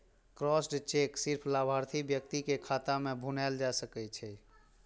crossed cheque सिर्फ लाभार्थी व्यक्ति के खाता मे भुनाएल जा सकै छै